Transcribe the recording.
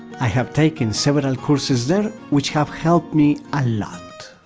i have taken several courses there, which have helped me a lot!